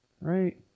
right